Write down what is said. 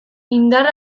indar